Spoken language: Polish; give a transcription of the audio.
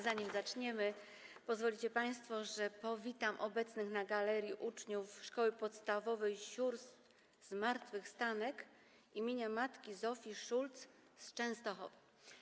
Zanim zaczniemy, pozwolicie państwo, że powitam obecnych na galerii uczniów Szkoły Podstawowej Sióstr Zmartwychwstanek im. Matki Zofii Szulc z Częstochowy.